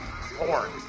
porn